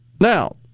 Now